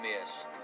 miss